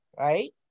right